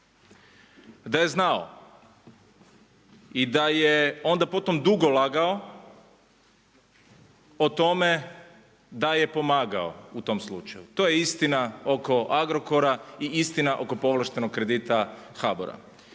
Da je znao, i da je onda potom dugo lagao o tome, da je pomagao u tom slučaju. To je istina oko Agrokora i istina oko povlaštenog kredita HBOR-a.